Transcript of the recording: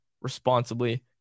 responsibly